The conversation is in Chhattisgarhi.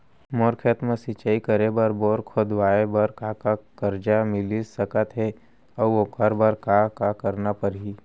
मोर खेत म सिंचाई बर बोर खोदवाये बर का का करजा मिलिस सकत हे अऊ ओखर बर का का करना परही?